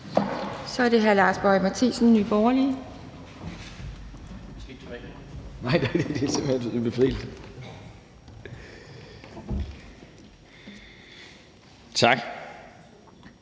Så er det hr. Lars Boje Mathiesen, Nye Borgerlige. Kl.